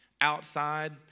outside